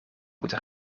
moeten